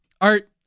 Art